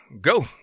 go